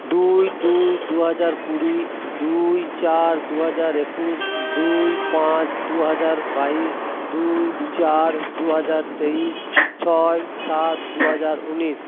দুই দুই দু হাজার কুড়ি দুই চার দু হাজার একুশ দুই পাঁচ দু হাজার বাইশ দুই চার দু হাজার তেইশ ছয় সাত দু হাজার উনিশ